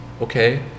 okay